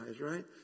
Right